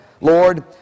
Lord